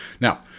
Now